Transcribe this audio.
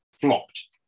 flopped